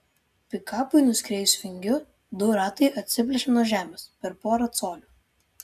pikapui nuskriejus vingiu du ratai atsiplėšė nuo žemės per porą colių